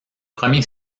premier